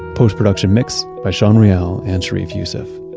post-production mix by sean real and sharif youssef.